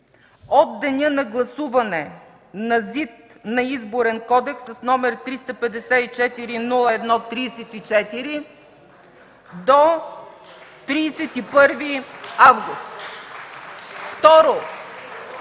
от деня на гласуване на ЗИД на Изборен кодекс с № 354-01-34 до 31 август.